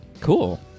cool